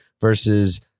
versus